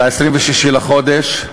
ב-26 בחודש,